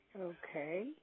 Okay